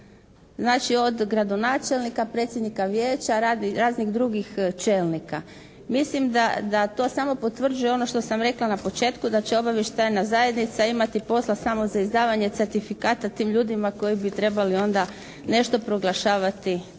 Znači, od gradonačelnika, predsjednika vijeća, raznih drugih čelnika. Mislim da to samo potvrđuje ono što sam rekla na početku da će obavještajna zajednica imati posla samo za izdavanje certifikata tim ljudima koji bi trebali onda nešto proglašavati